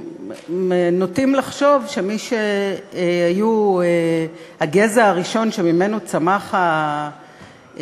נוטים לחשוב שמי שהיו הגזע הראשון שממנו צמח ההומו-ספיאנס